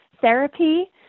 therapy